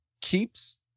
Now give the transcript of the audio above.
keeps